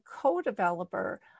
co-developer